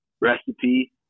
recipe